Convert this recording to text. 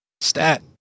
Stat